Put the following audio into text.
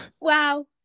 wow